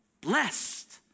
Blessed